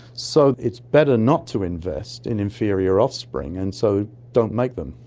so it's better not to invest in inferior offspring, and so don't make them,